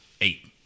eight